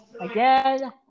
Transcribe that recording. again